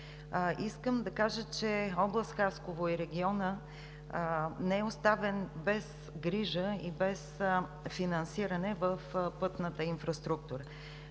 Искам да кажа, че област Хасково и регионът не са оставени без грижа и без финансиране в пътната инфраструктура.